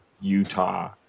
Utah